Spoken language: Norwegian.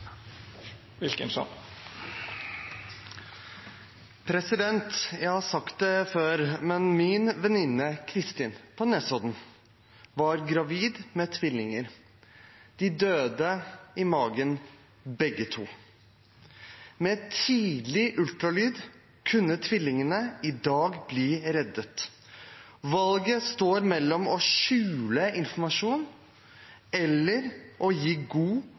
foreldre. Jeg har sagt det før, men min venninne Christin fra Nesodden var gravid med tvillinger, og de døde i magen begge to. Med tidlig ultralyd kunne tvillingene blitt reddet i dag. Valget står mellom å skjule informasjon og å gi god